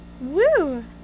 Woo